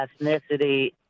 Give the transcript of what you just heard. ethnicity